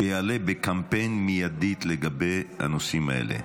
שיעלה מיידית בקמפיין לגבי הנושאים האלה,